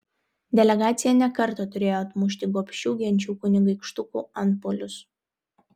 delegacija ne kartą turėjo atmušti gobšių genčių kunigaikštukų antpuolius